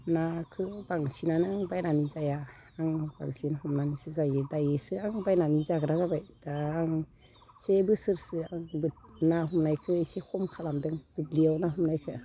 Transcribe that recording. नाखौ बांसिनानो बायनानै जाया आं बांसिन हमनानैसो जायो दायोसो आं बायनानै जाग्रा जाबाय दा आं से बोसोरसो आंबो ना हमायखौ एसे खम खालामदों दुब्लियाव ना हमनायखौ